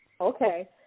Okay